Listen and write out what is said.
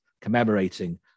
commemorating